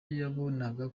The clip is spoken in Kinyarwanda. yabonaga